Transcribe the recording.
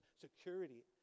security